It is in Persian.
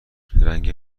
رنگ